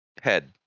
Head